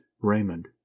Raymond